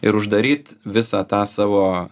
ir uždaryt visą tą savo